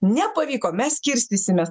nepavyko mes skirstysimės